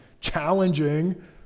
challenging